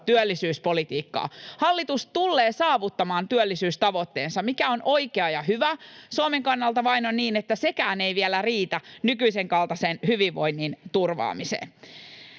työllisyyspolitiikkaa. Hallitus tullee saavuttamaan työllisyystavoitteensa, mikä on oikea ja hyvä. Suomen kannalta vain on niin, että sekään ei vielä riitä nykyisenkaltaisen hyvinvoinnin turvaamiseen.